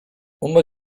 uma